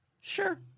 Sure